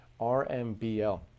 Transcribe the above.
RMBL